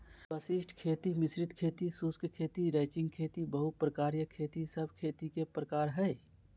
वशिष्ट खेती, मिश्रित खेती, शुष्क खेती, रैचिंग खेती, बहु प्रकारिय खेती सब खेती के प्रकार हय